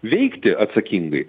veikti atsakingai